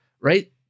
right